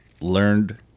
learned